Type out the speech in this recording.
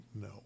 no